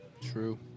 True